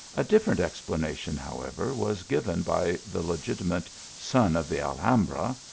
a different explanation, however, was given by the legitimate son of the alhambra,